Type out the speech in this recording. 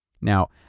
Now